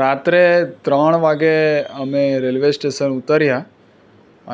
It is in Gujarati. રાત્રે ત્રણ વાગ્યે અમે રેલ્વે સ્ટેશન ઉતર્યા